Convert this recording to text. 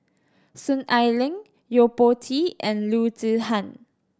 Soon Ai Ling Yo Po Tee and Loo Zihan